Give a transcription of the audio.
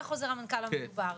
מה חוזר המנכ"ל המדובר.